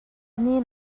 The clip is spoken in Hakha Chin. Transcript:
nih